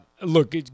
look